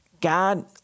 God